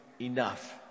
enough